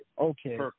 Okay